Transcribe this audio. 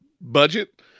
budget